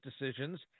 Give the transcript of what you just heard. decisions